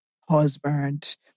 husband